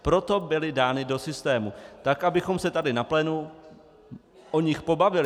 Proto byly dány do systému, tak abychom se tady na plénu o nich pobavili.